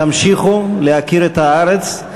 תמשיכו להכיר את הארץ.